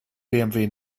bmw